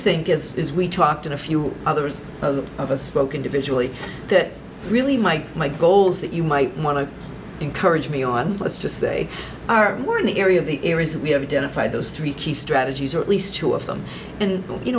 think it's as we talked in a few others of us spoke individually that really my my goals that you might want to encourage me on let's just say our were in the area of the areas that we have identified those three key strategies or at least two of them and you